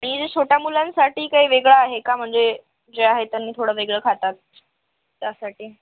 मी जे छोट्या मुलांसाठी काही वेगळं आहे का म्हणजे जे आहे त्यांनी थोडं वेगळं खातात त्यासाठी